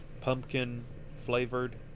pumpkin-flavored